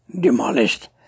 demolished